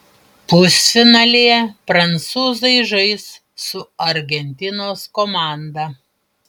pusfinalyje prancūzai žais su argentinos komanda